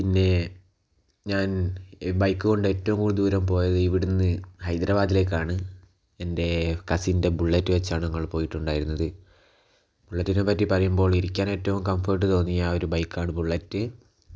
പിന്നെ ഞാൻ ബൈക്ക് കൊണ്ട് ഏറ്റവും കൂടുതൽ ദൂരം പോയത് ഇവിടുന്ന് ഹൈദ്രാബാദിലേക്കാണ് എൻറ്റെ കസിൻറ്റെ ബുള്ളറ്റ് വച്ചാണ് ഞങ്ങൾ പോയിട്ടുണ്ടായിരുന്നത് ബുള്ളറ്റിനെ പറ്റി പറയുമ്പോൾ ഇരിക്കാൻ ഏറ്റവും കംഫോർട്ട് തോന്നിയ ഒരു ബൈക്കാണ് ബുള്ളറ്റ്